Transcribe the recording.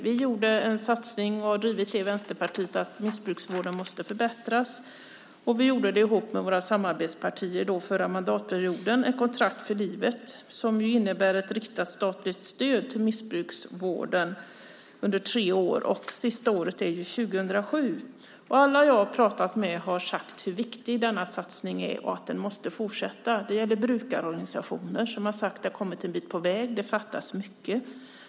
Vi i Vänsterpartiet har drivit att missbrukarvården måste förbättras, och tillsammans med våra samarbetspartier skapade vi förra mandatperioden Ett kontrakt för livet, som innebär ett riktat statligt stöd till missbrukarvården under tre år. Sista året är 2007. Alla jag har pratat med har talat om hur viktig denna satsning är och sagt att den måste fortsätta. Det gäller brukarorganisationerna, som säger att man kommit en bit på väg men att det fattas mycket.